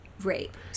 rape